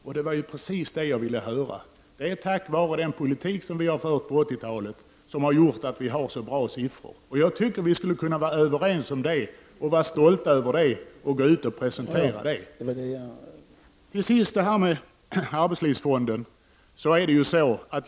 Men det var ju precis det jag ville höra, nämligen att det är tack vare den politik som vi har fört under 80-talet som siffrorna är så bra. Jag tycker att vi skulle kunna vara överens om och stolta över det och gå ut och presentera detta. Jag vill också ta upp arbetslivsfonden.